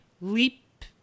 leap